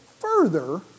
further